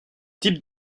type